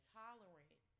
tolerant